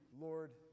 Lord